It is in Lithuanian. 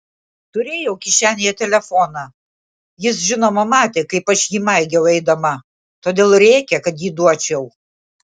turėjau kišenėje telefoną jis žinoma matė kaip aš jį maigiau eidama todėl rėkė kad jį duočiau